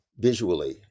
visually